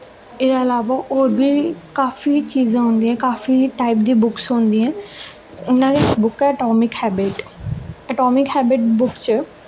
एह्दे इलावा होर बी काफी चीज़ां होंदियां न काफी टाइप दी बुक्स होंदियां न इ'यां गै इक बुक ऐ atomic habit atomic habit book च